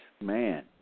man